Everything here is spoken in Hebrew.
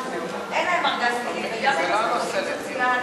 אין להם ארגז כלים והם גם, זה לא הנושא לדיון.